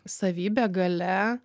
savybė galia